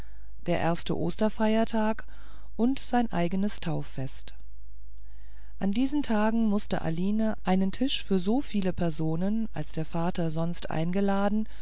der erste osterfeiertag und sein eignes tauffest an diesen tagen mußte aline einen tisch für so viele personen als der vater sonst eingeladen